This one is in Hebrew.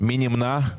מי נמנע?